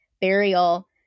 burial